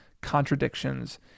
contradictions